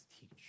teach